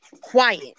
Quiet